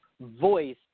voice